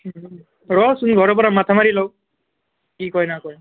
ৰচোন ঘৰৰ পৰা মাথা মাৰি লওঁক কি কয় নকয়